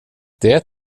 det